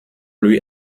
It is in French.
lui